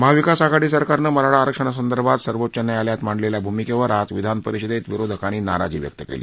महाविकास आघाडी सरकारनं मराठा आरक्षणासंदर्भात सर्वोच्च न्यायालयात मांडलेल्या भूमिकेवर आज विधानपरिषदेत विरोधकांनी नाराजी व्यक्त केली